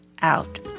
out